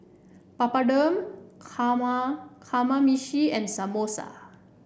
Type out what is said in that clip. Papadum Kama Kamameshi and Samosa